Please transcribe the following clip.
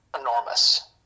enormous